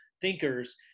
thinkers